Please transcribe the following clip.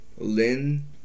Lynn